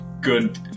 good